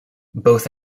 both